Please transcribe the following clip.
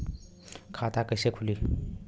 खाता कईसे खुली?